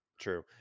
true